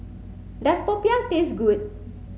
does Popiah taste good